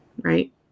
right